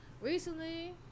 Recently